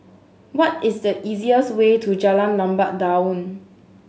what is the easiest way to Jalan Lebat Daun